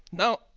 now,